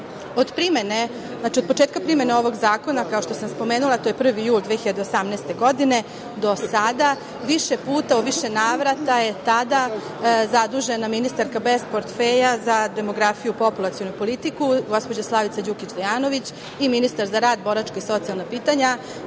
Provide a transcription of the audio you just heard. šest meseci. Od početka primene ovog zakona, kao što sam spomenula, to je 1. jul 2018. godine, do sada više puta, u više navrata su tada zadužena ministarka bez portfelja, za demografiju i populacionu politiku, gospođa Slavica Đukić Dejanović i ministar za rad, boračka i socijalna pitanja